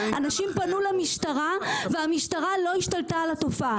אנשים פנו למשטרה והמשטרה לא השתלטה על התופעה.